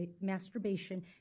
masturbation